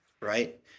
right